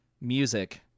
music